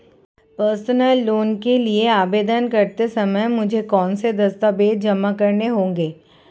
Personal loan के लिए आवेदन करते समय मुझे कौन से दस्तावेज़ जमा करने होंगे?